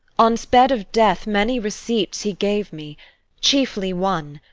on's bed of death many receipts he gave me chiefly one,